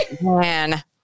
man